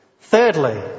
thirdly